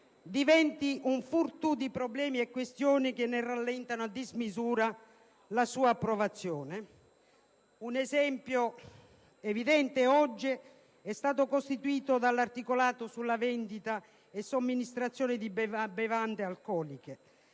diventi un coacervo di problemi e questioni che ne rallentano a dismisura l'approvazione. Un esempio evidente oggi è costituito dall'articolato sulla vendita e somministrazione di bevande alcoliche;